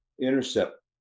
intercept